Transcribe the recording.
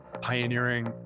pioneering